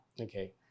Okay